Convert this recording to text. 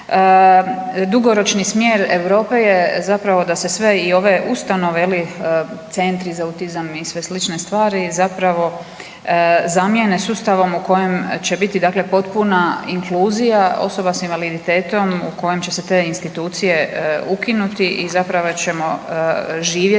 Dugoročni smjer Europe je zapravo da se sve i one ustanove, je li, centri za autizam i sve slične stvari zapravo zamijene sustavom u kojem će biti dakle potpuna inkluzija osoba s invaliditetom u kojem će se te institucije ukinuti i zapravo ćemo živjeti